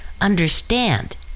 understand